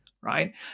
right